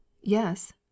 yes